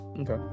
Okay